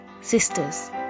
Sisters